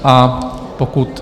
A pokud...